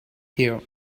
here